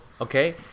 Okay